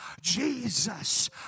Jesus